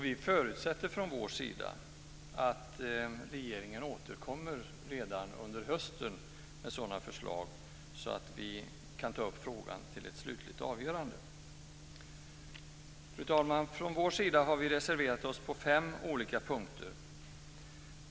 Vi förutsätter att regeringen återkommer redan under hösten med sådana förslag, så att vi kan ta upp frågan till ett slutligt avgörande. Fru talman! Från vår sida har vi reserverat oss på fem olika punkter.